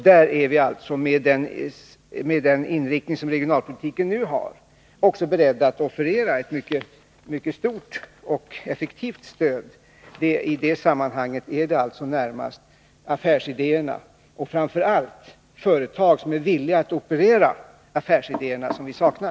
Där är vi med den inriktning som regionalpolitiken nu har också beredda att offerera ett mycket stort och effektivt stöd. I det sammanhanget är det närmast affärsidéerna och framför allt företag med vilja att operera affärsidéerna som vi saknar.